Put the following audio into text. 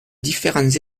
différents